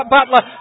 Butler